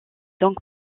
donc